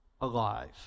alive